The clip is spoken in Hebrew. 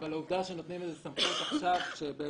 אני אסביר לפרוטוקול, מי שיבין,